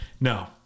No